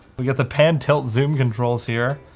we get the pan, tilt, zoom controls here.